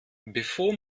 bevor